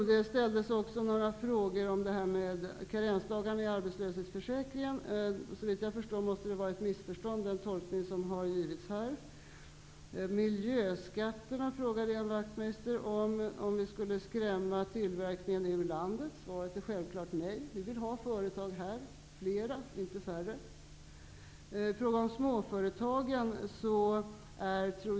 Det ställdes också några frågor om karensdagar i arbetslöshetsförsäkringen. Såvitt jag förstår måste den tolkning som har givits här bero på ett missförstånd. Ian Wachtmeister frågade om miljöskatterna och om tillverkningen skall skrämmas ut ur landet. Svaret är självklart nej. Vi vill ha företag här i Sverige -- flera, inte färre. Vidare har vi frågan om småföretagen.